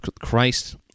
Christ